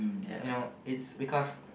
you know it's because